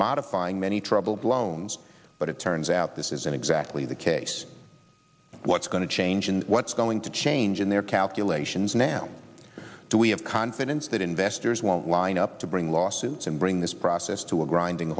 modifying many troubled loans but it turns out this isn't exactly the case what's going to change and what's going to change in their calculations now do we have confidence that investors won't line up to bring lawsuits and bring this process to a grinding